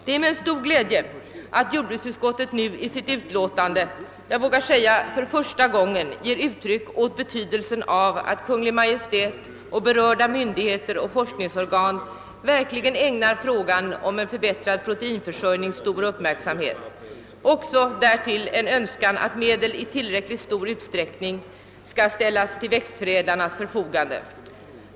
Det är för mig en stor glädje att jordbruksutskottet i sitt utlåtande — jag vågar säga för första gången — ger uttryck för sin uppfattning om betydelsen av att Kungl. Maj:t, berörda myndigheter och forskningsorgan verkligen ägnar frågan om en förbättrad proteinförsörjning stor uppmärksamhet. Därtill uttalas en önskan att medel i tillräckligt stor utsträckning skall ställas till växtförädlarnas förfogande.